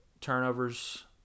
turnovers